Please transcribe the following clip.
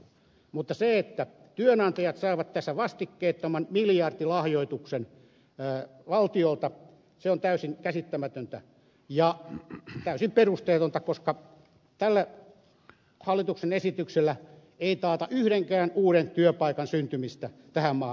mutta se että työnantajat saavat tässä vastikkeettoman miljardilahjoituksen valtiolta on täysin käsittämätöntä ja täysin perusteetonta koska tällä hallituksen esityksellä ei taata yhdenkään uuden työpaikan syntymistä tähän maahan